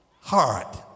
heart